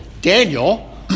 Daniel